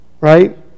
Right